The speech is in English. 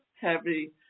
heavy